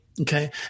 Okay